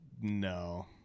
no